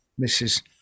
Mrs